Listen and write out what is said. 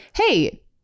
hey